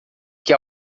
que